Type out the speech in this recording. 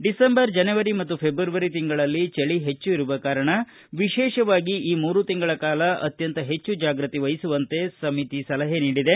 December ಜನವರಿ ಮತ್ತು ಫೆಬ್ರವರಿ ತಿಂಗಳಲ್ಲಿ ಚಳಿ ಹೆಚ್ಚು ಇರುವ ಕಾರಣ ವಿಶೇಷವಾಗಿ ಈ ಮೂರು ತಿಂಗಳ ಕಾಲ ಅತ್ಯಂತ ಪೆಚ್ಚು ಜಾಗೃತಿ ವಹಿಸುವಂತೆ ಸಮಿತಿ ಸಲಹೆ ನೀಡಿದೆ